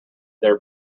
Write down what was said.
their